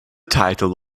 title